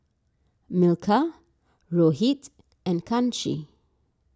Milkha Rohit and Kanshi